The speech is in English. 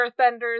earthbenders